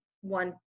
one